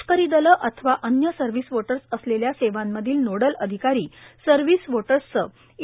लष्करी दले अथवा अन्य सर्विस वोटर्स असलेल्या सेवांमधील नोडल अधिकारी सर्व्हिस वोटर्सचे इ